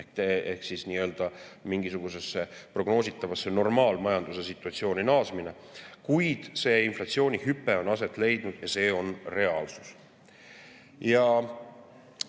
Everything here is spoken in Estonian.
ehk siis nii-öelda mingisugusesse prognoositavasse normaalmajanduse situatsiooni naasmine. Kuid see inflatsioonihüpe on aset leidnud, see on reaalsus.